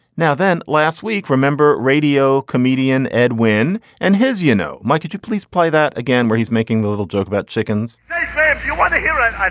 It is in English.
now then last week, remember radio comedian edwin and his you know, my kid, you please play that again where he's making a little joke about chickens if you want to hear, i